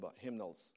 hymnals